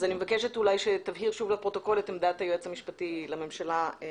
אז אני מבקשת שתבהיר שוב לפרוטוקול את עמדת היועץ המשפטי לממשלה.